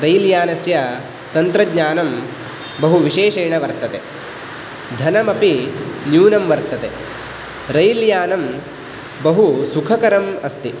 rail यानस्य तन्त्रज्ञानं बहु विशेषेण वर्तते धनमपि न्यूनं वर्तते रैल् यानं बहु सुखकरम् अस्ति